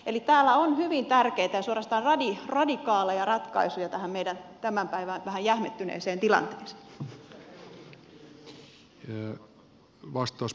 eli täällä on hyvin tärkeitä ja suorastaan radikaaleja ratkaisuja tähän meidän tämän päivän vähän jähmettyneeseen tilanteeseen